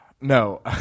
No